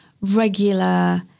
regular